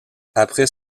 après